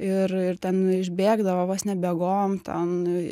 ir ir ten išbėgdavo vos ne bėgom ten